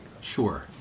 Sure